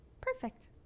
Perfect